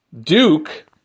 Duke